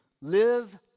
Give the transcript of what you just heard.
live